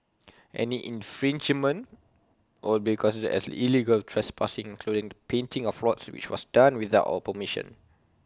any infringement will be considered as illegal trespassing including the painting of lots which was done without our permission